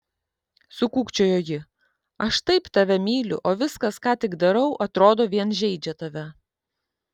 sukūkčiojo ji aš taip tave myliu o viskas ką tik darau atrodo vien žeidžia tave